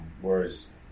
Whereas